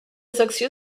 secció